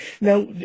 Now